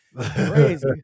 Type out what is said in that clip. crazy